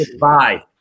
Bye